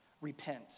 Repent